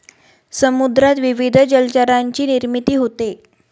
समुद्रात विविध जलचरांची निर्मिती होते